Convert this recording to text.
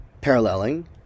paralleling